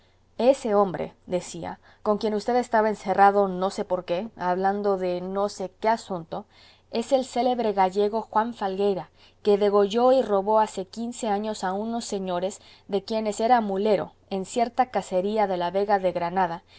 tan aparatosa ese hombre decía con quien usted estaba encerrado no sé por qué hablando de no sé qué asunto es el célebre gallego juan falgueira que degolló y robó hace quince años a unos señores de quienes era mulero en cierta casería de la vega de granada